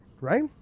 right